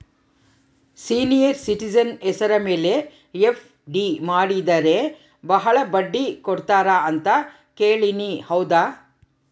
Senior citizen ಹೆಸರ ಮೇಲೆ FD ಮಾಡಿದರೆ ಬಹಳ ಬಡ್ಡಿ ಕೊಡ್ತಾರೆ ಅಂತಾ ಕೇಳಿನಿ ಹೌದಾ?